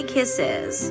Kisses